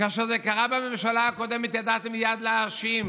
כאשר זה קרה בממשלה הקודמת, ידעתם מייד להאשים.